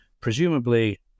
presumably